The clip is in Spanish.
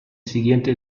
siguiente